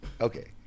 Okay